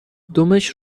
دمش